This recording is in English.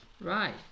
Right